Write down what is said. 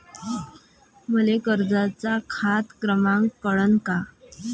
मले कर्जाचा खात क्रमांक कळन का?